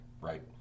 right